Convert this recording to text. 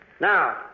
Now